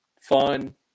fun